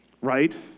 right